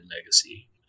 legacy